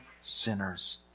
sinners